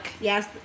yes